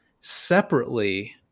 separately